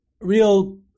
real